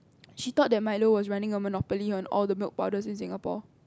she thought that Milo was running on monopoly on all the milk powders in Singapore